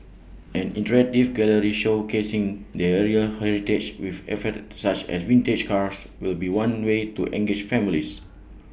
an interactive gallery showcasing the area's heritage with artefacts such as vintage cars will be one way to engage families